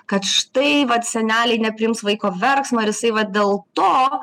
kad štai vat seneliai nepriims vaiko verksmo ir jisai vat dėl to